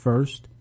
First